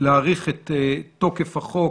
הארכת תוקף החוק,